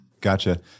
Gotcha